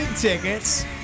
tickets